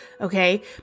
okay